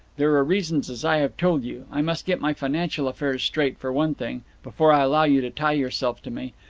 there are reasons, as i have told you. i must get my financial affairs straight, for one thing, before i allow you to tie yourself to me.